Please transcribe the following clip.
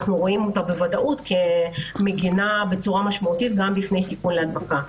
אנחנו רואים אותה בוודאות כמגינה בצורה משמעותית גם בפני סיכון להדבקה.